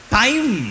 time